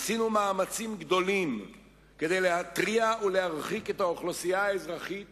עשינו מאמצים גדולים כדי להתריע ולהרחיק את האוכלוסייה האזרחית